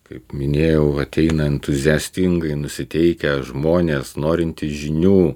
kaip minėjau ateina entuziastingai nusiteikę žmonės norintys žinių